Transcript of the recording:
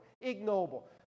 ignoble